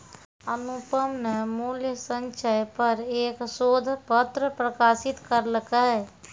अनुपम न मूल्य संचय पर एक शोध पत्र प्रकाशित करलकय